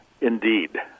Indeed